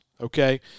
okay